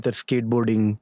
skateboarding